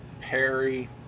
Perry